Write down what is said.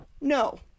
No